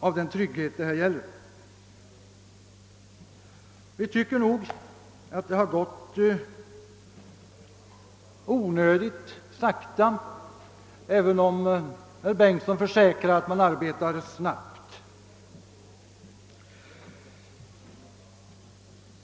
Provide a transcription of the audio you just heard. av den trygghet det här gäller. Vi tycker att det har gått onödigt sakta, även om herr Bengtsson i Varberg försäkrar att man arbetar snabbt.